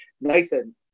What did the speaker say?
Nathan